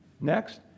Next